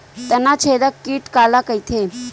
तनाछेदक कीट काला कइथे?